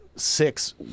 Six